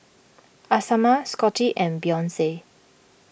Asama Scottie and Beyonce